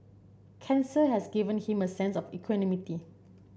cancer has given him a sense of equanimity